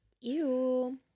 Ew